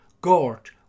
Gort